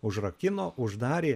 užrakino uždarė